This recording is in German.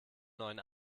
neuen